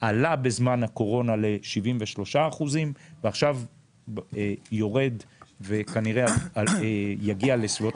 עלה בזמן הקורונה ל-73% ועכשיו יורד ויגיע כנראה לסביבות